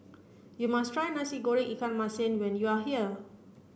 you must try Nasi Goreng Ikan Masin when you are here